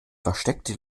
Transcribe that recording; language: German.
versteckte